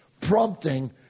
prompting